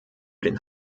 den